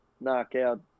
knockout